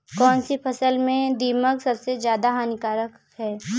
कौनसी फसल में दीमक सबसे ज्यादा हानिकारक है?